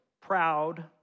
proud